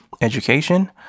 Education